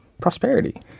prosperity